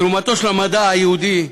תרומתו של המדע היהודי,